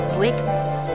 weakness